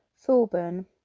Thorburn